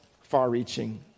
far-reaching